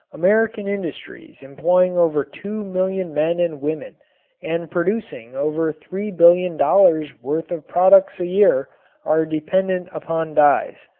american industries employing over two million men and women and producing over three billion dollars' worth of products a year are dependent upon dyes.